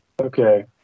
Okay